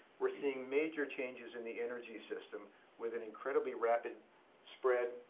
we're seeing major changes in the energy system with an incredibly rapid spread,